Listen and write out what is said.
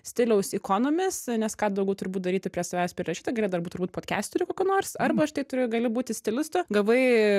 stiliaus ikonomis nes ką daugiau turbūt daryti prie savęs prirašyta gali dar būt turbūt podkesteriu kokiu nors arba štai turiu gali būti stilistu gavai